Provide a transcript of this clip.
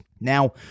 Now